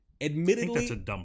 Admittedly